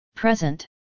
present